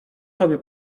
sobie